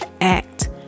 act